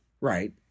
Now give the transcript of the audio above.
Right